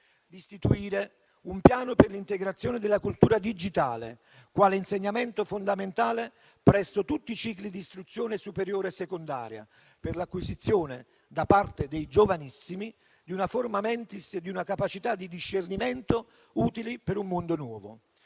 di istituire un piano per l'integrazione della cultura digitale quale insegnamento fondamentale presso tutti i cicli di istruzione superiore secondaria, per l'acquisizione, da parte dei giovanissimi, di una *forma mentis* e di una capacità di discernimento utili per un mondo nuovo;